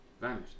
vanished